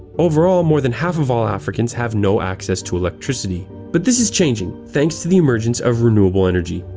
overall, more than half of all africans have no access to electricity. but this is changing, thanks to the emergence of renewable energy.